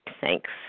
Thanks